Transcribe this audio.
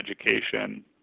education